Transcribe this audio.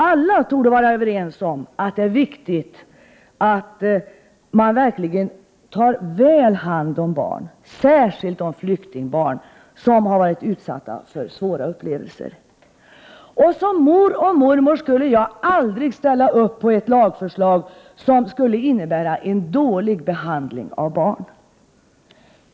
Alla torde vara överens om att det är viktigt att ta väl hand om barn, särskilt om flyktingbarn, som har varit utsatta för svåra upplevelser. Som mor och mormor skulle jag aldrig ställa upp på ett lagförslag som skulle innebära en dålig behandling av barn.